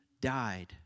died